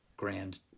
grand